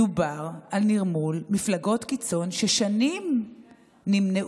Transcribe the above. מדובר על נרמול מפלגות קיצון ששנים נמנעו